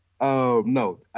no